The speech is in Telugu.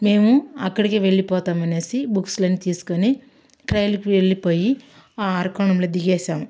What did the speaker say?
మేము అక్కడికి వెళ్ళిపోతాం అనేసి బుక్స్లను తీసుకొని ట్రైన్కి వెళ్ళిపోయి ఆ అరక్కోణం లో దిగేసాం